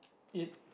eat